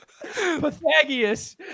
Pythagoras